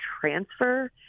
transfer